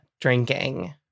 drinking